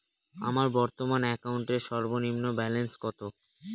আমার বর্তমান অ্যাকাউন্টের সর্বনিম্ন ব্যালেন্স কত?